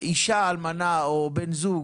אישה אלמנה או בן זוג